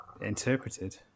interpreted